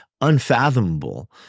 unfathomable